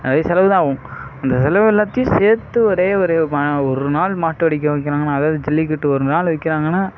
அது செலவுதான் ஆகும் அந்த செலவு எல்லாத்தையும் சேர்த்து ஒரே ஒரு ஒரு நாள் மாட்டை அடிக்க வைக்கிறாங்கனா அதாவது ஜல்லிக்கட்டு ஒரு நாள் வைக்கிறாங்கானா